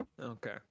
Okay